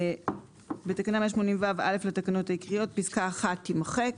תיקון תקנה 180ו " "בתקנה 180ו(א) לתקנות העיקריות - פסקה (1) - תימחק,